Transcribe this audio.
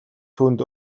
түүнд